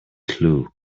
clue